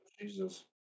Jesus